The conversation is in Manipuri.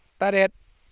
ꯇꯔꯦꯠ